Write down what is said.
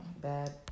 bad